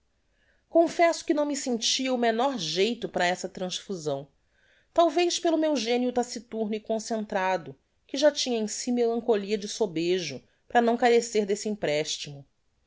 confesso que não me sentia o menor geito para essa transfusão talvez pelo meu genio taciturno e concentrado que já tinha em si melancolia de sobejo para não carecer desse emprestimo